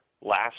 last